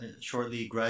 shortly